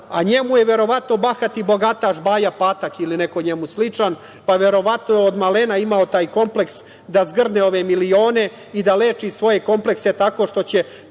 a njemu je verovatno bahati bogataš Baja Patak ili neko njemu sličan, pa verovatno je od malena imao taj kompleks da zgrne ove milione i da leči svoje komplekse tako što će